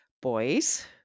boys